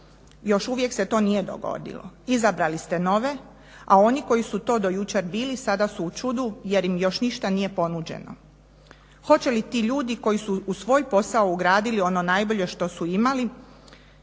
Još uvijek se to nije dogodilo. Izabrali ste nove, a oni koji su to do jučer bili sada su u čudu jer im još ništa nije ponuđeno. Hoće li ti ljudi koji su u svoj posao ugradili ono najbolje što su imali